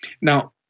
now